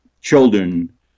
children